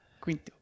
quinto